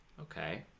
Okay